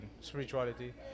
spirituality